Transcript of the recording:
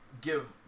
give